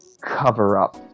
cover-up